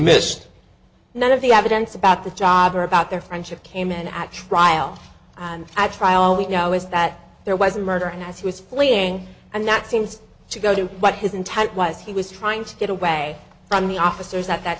missed none of the evidence about the job or about their friendship came in at trial and i try all we know is that there was a murder as he was fleeing and that seems to go to what his intent was he was trying to get away from the officers at that